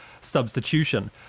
substitution